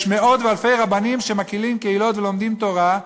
יש מאות ואלפי רבנים שמקהילים קהילות ולומדים תורה,